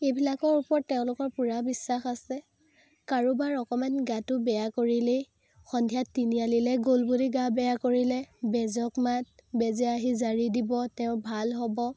এইবিলাকৰ ওপৰত তেওঁলোকৰ পূৰা বিশ্বাস আছে কাৰোবাৰ অকণমান গাটো বেয়া কৰিলেই সন্ধিয়া তিনিআলিলৈ গ'ল বুলি গা বেয়া কৰিলে বেজক মাত বেজে আহি জাৰি দিব তেওঁ ভাল হ'ব